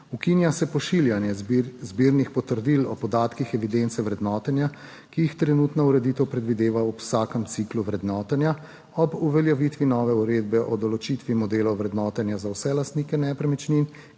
Ukinja se pošiljanje zbirnih potrdil o podatkih evidence vrednotenja, ki jih trenutna ureditev predvideva ob vsakem ciklu vrednotenja. Ob uveljavitvi nove Uredbe o določitvi modelov vrednotenja za vse lastnike nepremičnin,